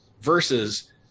versus